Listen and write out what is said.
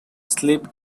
sleep